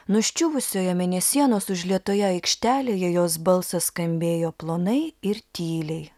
nuščiuvusioje mėnesienos užlietoje aikštelėje jos balsas skambėjo plonai ir tyliai